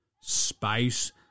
space